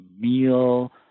meal